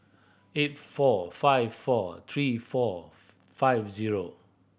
eight four five four three four five zero